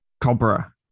Cobra